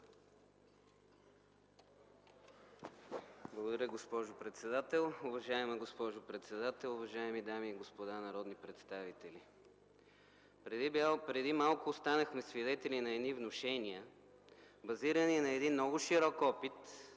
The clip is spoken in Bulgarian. Благодаря. Уважаема госпожо председател, уважаеми дами и господа народни представители! Преди малко станахме свидетели на внушения, базирани на много широк опит